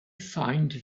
find